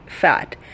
fat